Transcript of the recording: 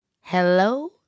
Hello